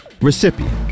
recipient